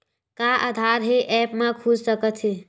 का आधार ह ऐप म खुल सकत हे?